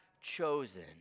chosen